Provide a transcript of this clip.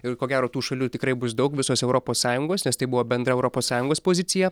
ir ko gero tų šalių tikrai bus daug visos europos sąjungos nes tai buvo bendra europos sąjungos pozicija